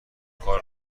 کار